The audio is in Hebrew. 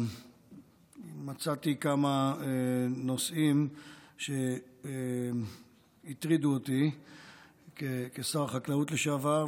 מצאתי כמה נושאים שהטרידו אותי כשר חקלאות לשעבר,